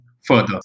further